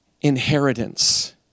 inheritance